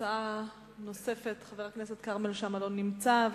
הצעה נוספת, חבר הכנסת כרמל שאמה, לא נמצא.